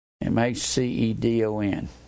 m-a-c-e-d-o-n